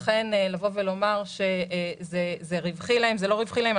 לכן לומר שזה רווחי להם, זה לא רווחי להם.